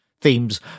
themes